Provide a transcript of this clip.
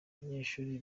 abanyeshuli